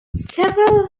several